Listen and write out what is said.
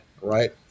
right